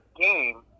game